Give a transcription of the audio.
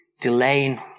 Delaying